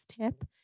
tip